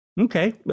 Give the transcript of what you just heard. Okay